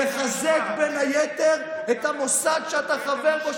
לחזק בין היתר את המוסד שאתה חבר בו,